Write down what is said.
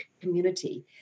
community